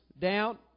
down